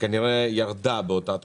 שכנראה ירדה באותה תקופה,